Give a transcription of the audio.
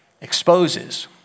exposes